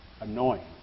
annoying